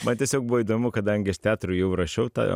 man tiesiog buvo įdomu kadangi aš teatrui jau rašiau tą